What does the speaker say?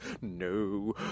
No